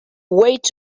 weight